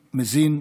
מזין,